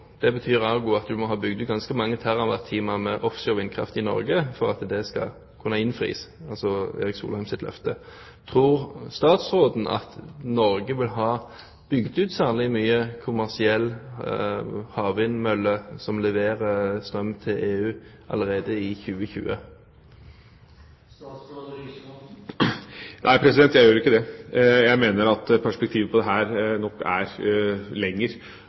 Det betyr også at en må ha bygd ut ganske mange TWh med offshore vindkraft i Norge for at Erik Solheims løfte skal kunne innfris. Tror statsråden at Norge vil ha bygd ut særlig mange kommersielle havvindmøller som leverer strøm til EU, allerede i 2020? Nei, jeg gjør ikke det. Jeg mener at perspektivet på dette nok er